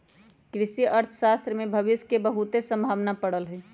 कृषि अर्थशास्त्र में भविश के बहुते संभावना पड़ल हइ